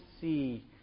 see